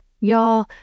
Y'all